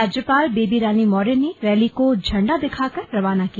राज्यपाल बेबी रानी मौर्य ने रैली को झंडा दिखाकर रवाना किया